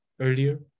earlier